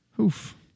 Oof